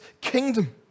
kingdom